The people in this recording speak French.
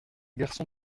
garçon